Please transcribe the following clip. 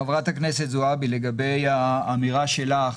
חברת הכנסת זועבי, לגבי האמירה שלך,